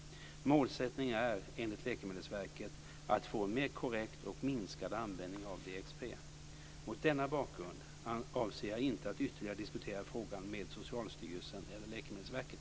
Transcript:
Målsättningen är, enligt Läkemedelsverket, att få en mer korrekt och minskad användning av DXP. Mot denna bakgrund avser jag inte att ytterligare diskutera frågan med Socialstyrelsen eller Läkemedelsverket.